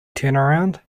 turnaround